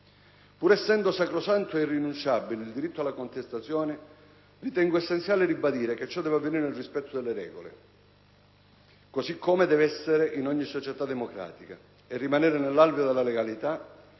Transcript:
Pur essendo sacrosanto e irrinunciabile il diritto alla contestazione, ritengo essenziale ribadire che ciò deve avvenire nel rispetto delle regole, così come deve essere in ogni società democratica, e rimanere nell'alveo della legalità,